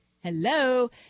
hello